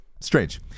Strange